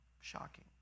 Shocking